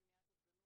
מקרה מהבוקר,